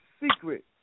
secret